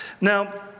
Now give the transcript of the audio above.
Now